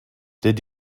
did